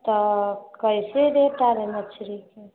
तऽ कइसे रेट आओर हइ मछलीके